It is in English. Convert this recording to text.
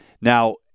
Now